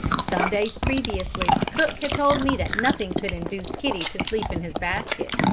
some days previously cook had told me that nothing could induce kitty to sleep in his basket,